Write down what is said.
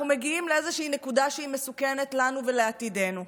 אנחנו מגיעים לאיזושהי נקודה שמסוכנת לנו ולעתידנו.